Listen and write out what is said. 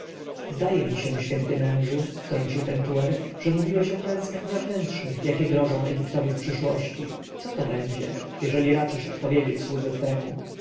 zdaje mi się święty mężu wtrącił pentuer że mówiłeś o klęskach wewnętrznych jakie grożą egiptowi w przyszłości co to będzie jeżeli raczysz odpowiedzieć słudze twemu